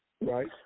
Right